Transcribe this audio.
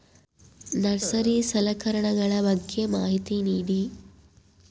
Nursery ಸಲಕರಣೆಗಳ ಬಗ್ಗೆ ಮಾಹಿತಿ ನೇಡಿ?